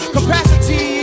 capacity